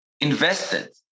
invested